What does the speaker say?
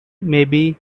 maybe